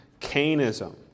cainism